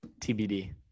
tbd